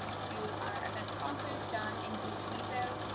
um to our event sponsors john and jeannie vezeau,